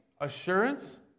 assurance